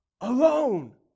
alone